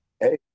Hey